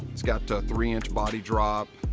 it's got a three inch body drop,